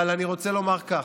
אבל אני רוצה לומר כך: